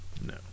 No